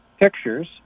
pictures